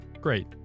Great